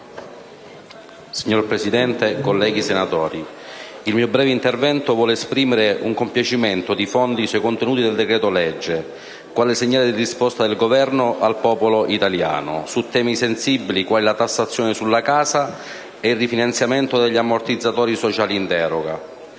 Signor Presidente, colleghi senatori, il mio breve intervento vuole esprimere un compiacimento di fondo sui contenuti del decreto-legge quale segnale di risposta del Governo al popolo italiano su temi sensibili quali la tassazione sulla casa e il rifinanziamento degli ammortizzatori sociali in deroga,